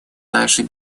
нашей